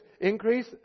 increase